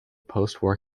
postwar